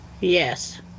Yes